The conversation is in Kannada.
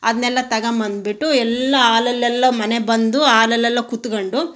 ಅದನ್ನೆಲ್ಲ ತಗೊಬಂದ್ಬಿಟ್ಟು ಎಲ್ಲ ಹಾಲಲ್ಲೆಲ್ಲ ಮನೆಗೆ ಬಂದು ಹಾಲಲೆಲ್ಲ ಕುತ್ಕೊಂಡು